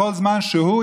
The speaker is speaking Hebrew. בכל זמן שהוא,